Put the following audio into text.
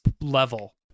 level